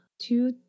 Two